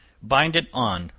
bind it on,